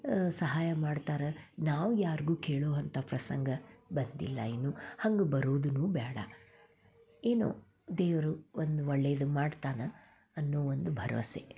ಸಹಾಯ ಮಾಡ್ತಾರೆ ನಾವು ಯಾರ್ಗೂ ಕೇಳುವಂಥ ಪ್ರಸಂಗ ಬಂದಿಲ್ಲ ಇನ್ನೂ ಹಂಗೆ ಬರೋದೂ ಬೇಡ ಏನು ದೇವರು ಒಂದು ಒಳ್ಳೆಯದು ಮಾಡ್ತಾನೆ ಅನ್ನೋ ಒಂದು ಭರವಸೆ